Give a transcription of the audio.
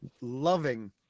loving